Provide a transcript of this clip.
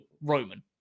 Roman